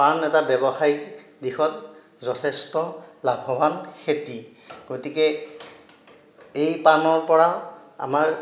পান এটা ব্যৱসায়ীক দিশত যথেষ্ট লাভৱান খেতি গতিকে এই পানৰ পৰা আমাৰ